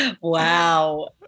Wow